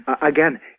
again